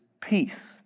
peace